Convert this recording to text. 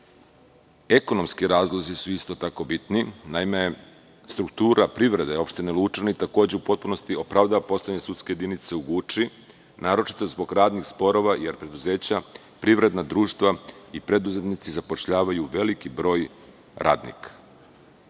postoji. Ekonomski razlozi su isto tako bitni. Naime, struktura privrede Opštine Lučani takođe u potpunosti opravdava postojanje sudske jedinice u Guči, naročito zbog radnih sporova, jer preduzeća, privredna društva i preduzetnici zapošljavaju veliki broj radnika.